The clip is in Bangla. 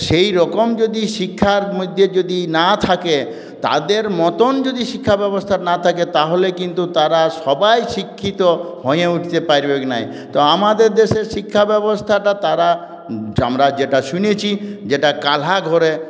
সেইরকম যদি শিক্ষার মধ্যে যদি না থাকে তাদের মত যদি শিক্ষা ব্যবস্থা না থাকে তাহলে কিন্তু তারা সবাই শিক্ষিত হয়ে উঠতে পারবে না তো আমাদের দেশে শিক্ষা ব্যবস্থাটা তারা আমরা যেটা শুনেছি যেটা কালো ঘরে